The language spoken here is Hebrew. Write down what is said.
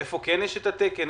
איפה יש את התקן,